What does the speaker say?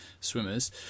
swimmers